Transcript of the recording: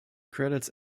credits